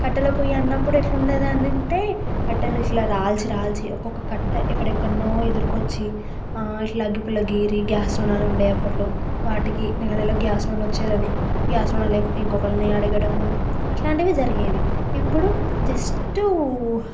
కట్టెల పొయ్యి అన్నప్పుడు ఎట్లు ఉండేది అంటే కట్టెలు ఇట్లా రాల్చి రాల్చి ఒక్కొక్క కట్టే ఎక్కడెక్కడనో ఎదుర్కొచ్చి ఇట్లా అగ్గిపుల్ల గీరి గ్యాస్ రుణాలు ఉండే అప్పట్లో వాటికి నెల నెల గ్యాస్ లోన్ వచ్చేది అని గ్యాస్ లోన్ లేకపోతే ఇంకొక వాళ్ళని అడగడము అలాంటివి జరిగేవి ఇప్పుడు జస్ట్